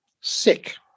sick